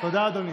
תודה, אדוני.